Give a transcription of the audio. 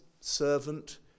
servant